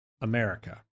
America